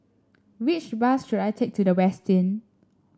which bus should I take to The Westin